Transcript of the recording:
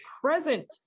present